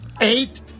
eight